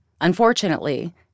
Unfortunately